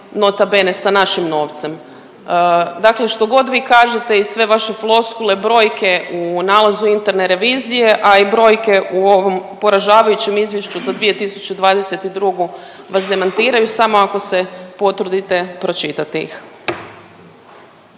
nota bene sa našim novcem. Dakle, što god vi kažete i sve vaše floskule, brojke u nalazu interne revizije, a i brojke u ovom poražavajućem izvješću za 2022. vas demantiraju samo ako se potrudite pročitati ih.